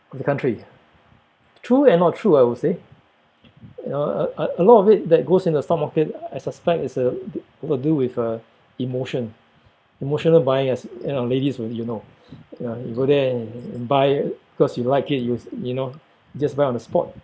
of the country true and not true I would say you know a a a lot of it that goes in the stock market I suspect is uh got to do with uh emotion emotional buying as you know ladies will you know ya you go there and buy cause you like it you s~ you know just buy on the spot